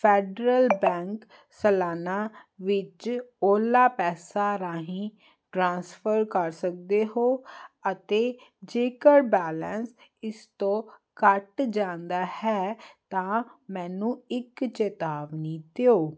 federal bank ਸਲਾਨਾ ਵਿੱਚ Ola ਪੈਸਾ ਰਾਹੀਂ ਟ੍ਰਾਂਸਫਰ ਕਰ ਸਕਦੇ ਹੋ ਅਤੇ ਜੇਕਰ ਬੈਲੇਂਸ ਇਸ ਤੋਂ ਘੱਟ ਜਾਂਦਾ ਹੈ ਤਾਂ ਮੈਨੂੰ ਇੱਕ ਚੇਤਾਵਨੀ ਦਿਓ